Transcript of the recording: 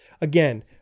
again